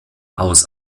aus